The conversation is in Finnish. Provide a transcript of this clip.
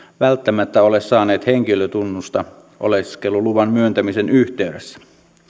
välttämättä ole saaneet henkilötunnusta oleskeluluvan myöntämisen yhteydessä